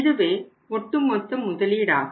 இதுவே ஒட்டுமொத்த முதலீடாகும்